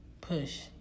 push